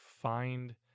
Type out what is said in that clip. find